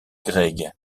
craig